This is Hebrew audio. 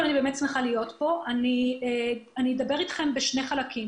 אני אדבר איתכם בשני חלקים.